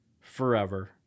forever